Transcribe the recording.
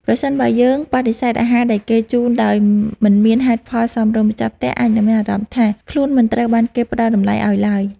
ប្រសិនបើយើងបដិសេធអាហារដែលគេជូនដោយមិនមានហេតុផលសមរម្យ ម្ចាស់ផ្ទះអាចនឹងមានអារម្មណ៍ថា ខ្លួនមិនត្រូវបានគេផ្តល់តម្លៃឱ្យឡើយ។